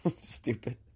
stupid